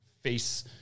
face